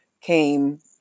came